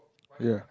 ya